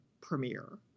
premiere